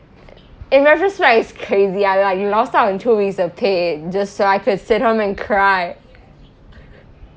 in reference now it's crazy l like lost out on two weeks of pay just so I could sit home and cry